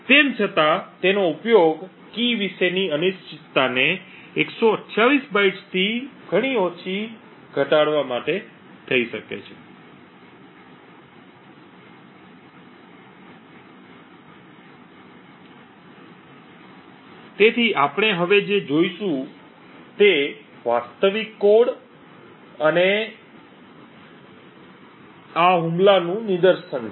તેમ છતાં તેનો ઉપયોગ કી વિશેની અનિશ્ચિતતાને 128 બિટ્સથી ઘણી ઓછી કંઈક સુધી ઘટાડવા માટે થઈ શકે છે તેથી આપણે હવે જે જોઈશું તે વાસ્તવિક કોડ અને કેટલા થયા લખતા આ હુમલોનું નિદર્શન છે